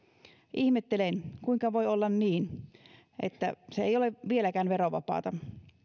ihmettelen kuinka voi olla niin että se ei ole vieläkään verovapaata